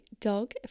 dog